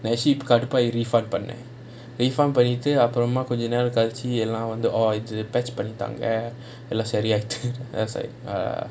கடுப்பு ஆயே:kaduppu aayae refund பண்ணேன்:pannaen refund பண்ணிட்டு அப்புறம் கொஞ்ச நேரம் கழச்சி எல்லாம் வந்து:pannittu appuram konja neram kalachi ellaam vanthu patch பண்ணி தங்க எல்லாம் சரி ஆயிடுச்சி:panni thanga ellaam sari aayiduchi then I was like a'ah